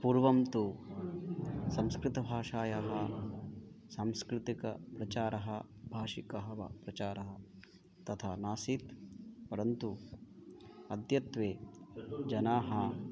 पूर्वं तु संस्कृतभाषायाः सांस्कृतिकप्रचारः भाषिकः वा प्रचारः तथा नासीत् परन्तु अद्यत्वे जनाः